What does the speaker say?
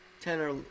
tenor